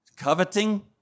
coveting